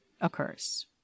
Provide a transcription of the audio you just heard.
occurs